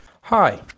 Hi